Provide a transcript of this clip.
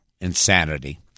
insanity